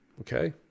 Okay